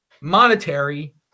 monetary